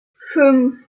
fünf